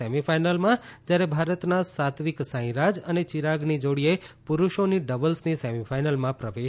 semi ફાઇનલમાં જયારે ભારતના સાત્વિક સાંઇરાજ અને ચિરાગની જોડીએ પુરુષોની ડબલ્સની સેમીફાઇનલમાં પ્રવેશ મેળવ્યો છે